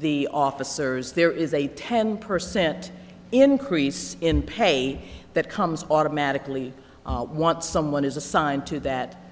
the officers there is a ten percent increase in pay that comes automatically want someone is assigned to that